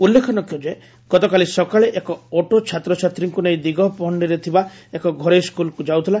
ଉଲ୍କେଖଯୋଗ୍ୟ ଯେ ଗତକାଲି ସକାଳେ ଏକ ଅଟୋ ଛାତ୍ରଛାତ୍ରୀଙ୍କୁ ନେଇ ଦିଗପହଖିରେ ଥିବା ଏକ ଘରୋଇ ସ୍କୁଲ୍କୁ ଯାଉଥିଲା